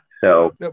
So-